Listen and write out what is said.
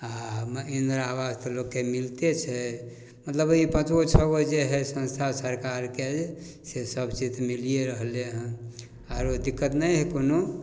आओरमे इन्दिरा आवास तऽ लोकके मिलिते छै मतलब ई पाँचगो छओगो जे हइ संस्था सरकारके जे से सभचीज तऽ मिलिए रहलै हँ आओर दिक्कत नहि हइ कोनो